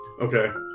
Okay